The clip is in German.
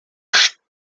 steyr